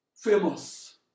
famous